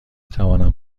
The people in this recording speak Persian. توانم